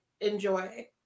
enjoy